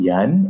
Yan